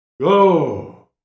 go